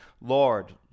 Lord